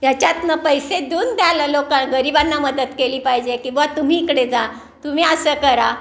ह्याच्यातून पैसे देऊन द्यालं लोक गरीबांना मदत केली पाहिजे की बवुा तुम्ही इकडे जा तुम्ही असं करा